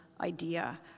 idea